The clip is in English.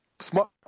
smart